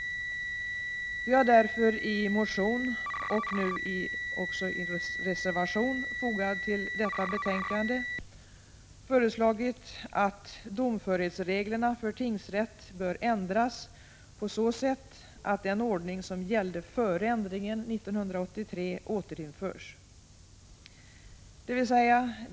Vi har därför i en motion och nu i en reservation fogad till detta betänkande föreslagit att domförhetsreglerna för tingsrätt bör ändras på så sätt att den ordning som gällde före ändringen 1983 återinförs.